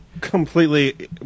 Completely